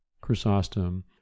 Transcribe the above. chrysostom